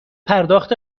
پرداخت